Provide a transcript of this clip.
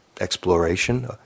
exploration